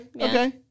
okay